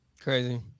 Crazy